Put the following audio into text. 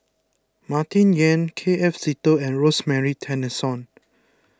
Martin Yan K F Seetoh and Rosemary Tessensohn